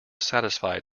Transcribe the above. satisfied